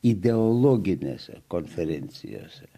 ideologinėse konferencijose